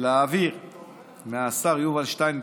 להעביר מהשר יובל שטייניץ